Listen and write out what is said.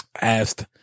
asked